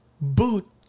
boot